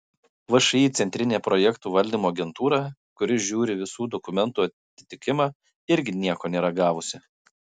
všį centrinė projektų valdymo agentūra kuri žiūri visų dokumentų atitikimą irgi nieko nėra gavusi